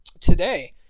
today